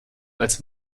als